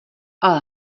ale